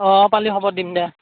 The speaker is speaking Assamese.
অঁ পালি খবৰ দিম দে